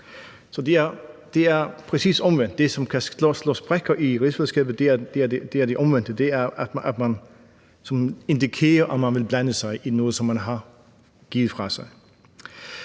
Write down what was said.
det er fuldstændig omvendt. Det, som kan slå sprækker i rigsfællesskabet, er det omvendte, nemlig at man indikerer, at man vil blande sig i noget, som man har givet fra sig.